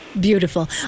Beautiful